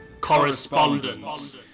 Correspondence